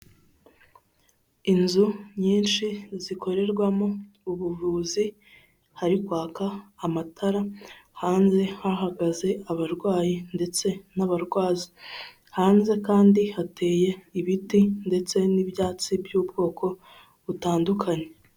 Inzu nyinshi zikorerwamo ubuvuzi hari kwaka amatara hanze hahagaze abarwayi ndetse n'abarwaza, hanze kandi hateye ibiti ndetse n'ibyatsi by'ubwoko butandukanye.